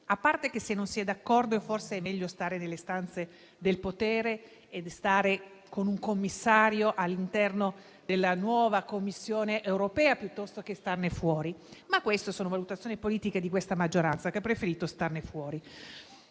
A parte che, se non si è d'accordo, forse è meglio stare nelle stanze del potere e avere un commissario all'interno della nuova Commissione europea piuttosto che starne fuori; ma queste sono valutazioni politiche di questa maggioranza, che ha preferito starne fuori.